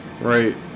right